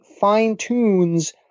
fine-tunes